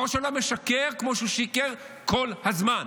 ראש הממשלה משקר, כמו שהוא שיקר כל הזמן.